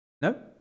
No